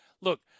look